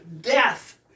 death